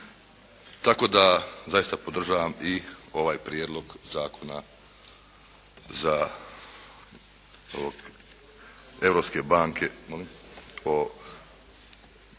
tako da zaista podržavam i ovaj prijedlog zakona Europske banke o